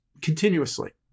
continuously